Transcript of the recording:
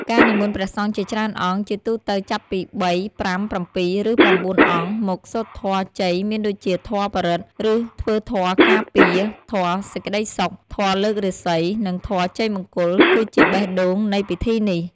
ការនិមន្តព្រះសង្ឃជាច្រើនអង្គ ជាទូទៅចាប់ពី ៣, ៥, ៧, ឬ ៩ អង្គ មកសូត្រធម៌ជ័យមានដូចជាធម៌បរិត្ត ឬធ្វើធម៌ការពារ, ធម៌សេចក្ដីសុខ, ធម៌លើករាសី, និងធម៌ជ័យមង្គល គឺជាបេះដូងនៃពិធីនេះ។